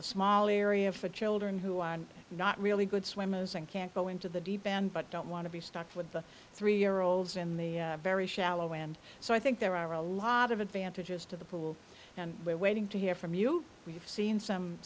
the small area for children who are not really good swimmers and can't go into the deep end but don't want to be stuck with the three year olds in the very shallow end so i think there are a lot of advantages to the pool and we're waiting to hear from you we've seen some